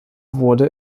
wurde